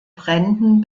bränden